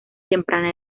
temprana